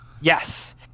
Yes